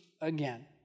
again